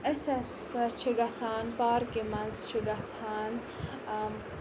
أسۍ ہَسا چھِ گَژھان پارکہِ مَنٛز چھِ گَژھان